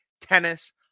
tennis